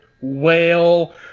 whale